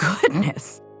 goodness